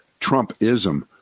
Trumpism